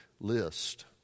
list